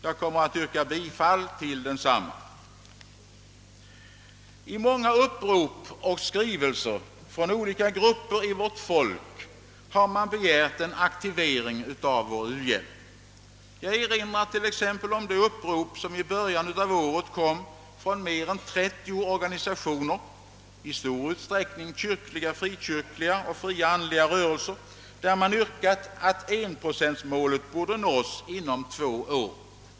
Jag kommer att yrka bifall till denna reservation. I många upprop och skrivelser från olika grupper i vårt folk har man begärt en aktivering av vår u-hjälp. Jag erinrar t.ex. om det upprop som i början av året kom från mer än 30 organisationer — i stor utsträckning kyrkliga, frikyrkliga och fria andliga rörelser — där man yrkade att enprocentmålet skulle nås inom två år.